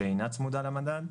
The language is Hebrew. שאינה צמודה למדד.